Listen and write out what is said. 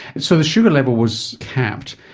so the sugar level was capped.